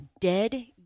dead